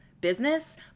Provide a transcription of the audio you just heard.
business